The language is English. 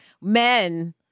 men